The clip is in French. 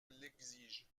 l’exige